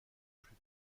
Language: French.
plus